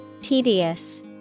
tedious